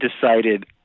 decided